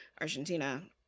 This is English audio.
Argentina